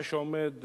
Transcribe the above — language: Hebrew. מה שעומד,